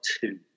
two